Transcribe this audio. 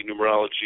numerology